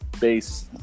Base